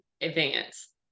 advance